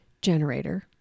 generator